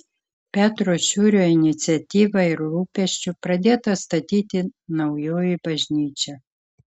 petro šiurio iniciatyva ir rūpesčiu pradėta statyti naujoji bažnyčia